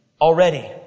already